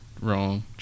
Wrong